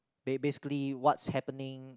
ba~ basically what's happening